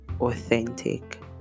authentic